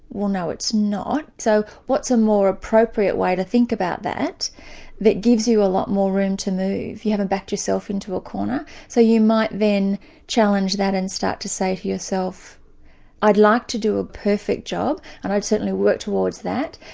well no, it's not. so what's a more appropriate way to think about that that gives you a lot more room to move? you haven't backed yourself into a corner so you might then challenge that and start to say to yourself i'd like to do a perfect job, and i'll certainly work towards that.